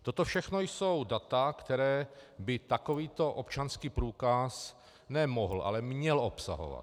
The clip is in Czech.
Toto všechno jsou data, která by takovýto občanský průkaz ne mohl, ale měl obsahovat.